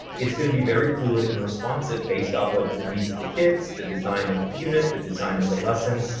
it's gonna be very fluid and responsive based off of the needs of the kids, the design of the unit, the design of the lesson.